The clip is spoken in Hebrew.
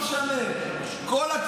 לא משנה.